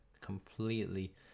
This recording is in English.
completely